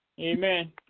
Amen